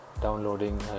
downloading